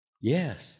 yes